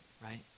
right